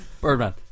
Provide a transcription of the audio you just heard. Birdman